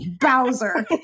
Bowser